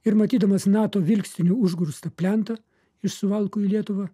ir matydamas nato vilkstinių užgrūstą plentu iš suvalkų į lietuvą